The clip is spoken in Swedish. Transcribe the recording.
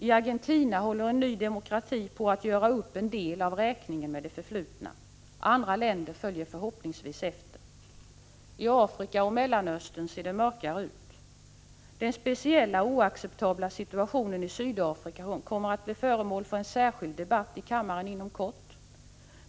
I Argentina håller en ny demokrati på att göra upp en del av räkningen med det förflutna. Andra länder följer förhoppningsvis efter. I Afrika och Mellanöstern ser det mörkare ut. Den speciella och oacceptabla situationen i Sydafrika kommer att bli föremål för en särskild debatt i kammaren inom kort.